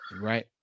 Right